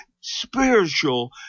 spiritual